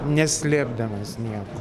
neslėpdamas nieko